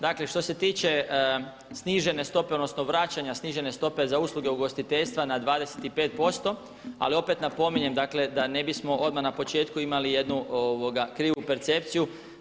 Dakle, što se tiče snižene stope, odnosno vraćanja snižene stope za usluge ugostiteljstva na 25%, ali opet napominjem, dakle da ne bismo odmah na početku imali jednu krivu percepciju.